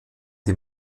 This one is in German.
die